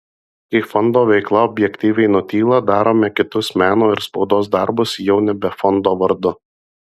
kai fondo veikla objektyviai nutyla darome kitus meno ir spaudos darbus jau nebe fondo vardu